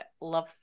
love